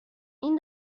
این